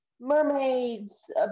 Mermaids